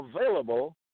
available